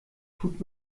tut